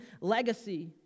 legacy